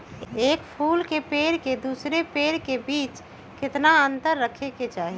एक फुल के पेड़ के दूसरे पेड़ के बीज केतना अंतर रखके चाहि?